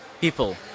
people